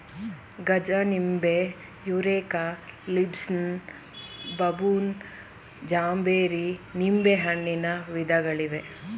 ಗಜನಿಂಬೆ, Eureka, Lisbon, ಬಬೂನ್, ಜಾಂಬೇರಿ ನಿಂಬೆಹಣ್ಣಿನ ವಿಧಗಳಿವೆ